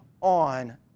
on